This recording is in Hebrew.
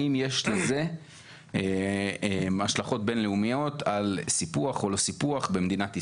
האם יש לזה השלכות בין-לאומיות על סיפוח או לא סיפוח במדינת ישראל.